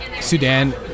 Sudan